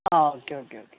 ആ okay okay okay